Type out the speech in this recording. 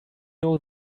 know